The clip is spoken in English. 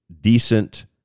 decent